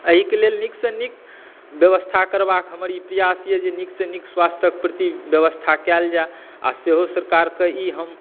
एहिक लेल नीकसॅं नीक व्यवस्था करबाक हमर ई प्रयास यऽ जे नीकसॅं नीक स्वास्थ्यक प्रति व्यवस्था कयल जाय आओर सेहो सरकारके ई हम